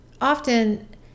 often